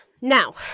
now